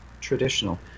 traditional